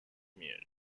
community